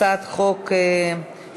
הצעת חוק שיקום,